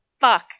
Fuck